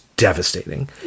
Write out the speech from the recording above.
Devastating